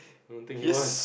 I don't think it was